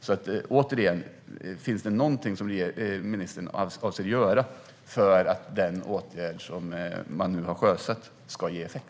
Återigen: Finns det något som ministern avser att göra för att den åtgärd man nu har sjösatt ska ge effekt?